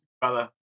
brother